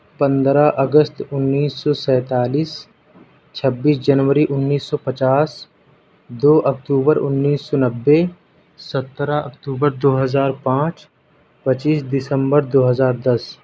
پندرہ اگست انیس سو سینتالیس چھبیس جنوری انیس سو پچاس دو اکتوبر انیس سو نبے سترہ اکتوبر دو ہزار پانچ پچیس دسمبر دو ہزار دس